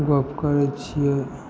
गप करै छियै